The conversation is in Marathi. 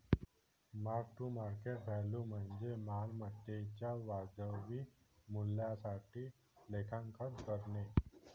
मार्क टू मार्केट व्हॅल्यू म्हणजे मालमत्तेच्या वाजवी मूल्यासाठी लेखांकन करणे